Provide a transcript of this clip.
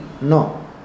No